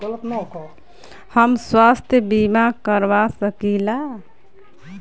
हम स्वास्थ्य बीमा करवा सकी ला?